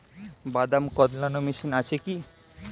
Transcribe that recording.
বাদাম কদলানো মেশিন আছেকি?